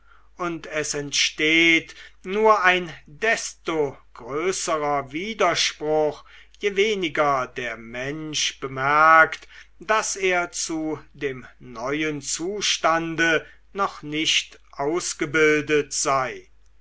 und es entsteht nur ein desto größerer widerspruch je weniger der mensch bemerkt daß er zu dem neuen zustande noch nicht ausgebildet sei